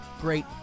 great